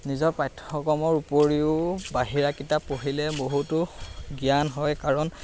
নিজৰ পাঠ্যক্ৰমৰ উপৰিও বাহিৰা কিতাপ পঢ়িলে বহুতো জ্ঞান হয় কাৰণ